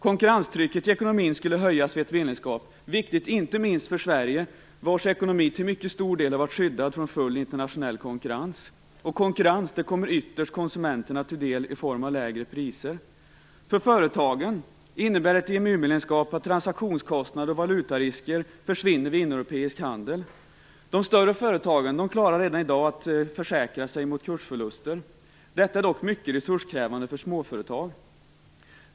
Konkurrenstrycket i ekonomin skulle höjas vid ett medlemskap, vilket är viktigt inte minst för Sverige, vars ekonomi till mycket stor del varit skyddad från full internationell konkurrens. Konkurrens kommer ytterst konsumenterna till del i form av lägre priser. För företagen innebär ett EMU-medlemskap att transaktionskostnader och valutarisker försvinner vid inomeuropeisk handel. De större företagen klarar redan i dag att försäkra sig mot kursförluster. Detta är dock mycket resurskrävande för småföretag.